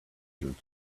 through